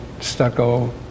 stucco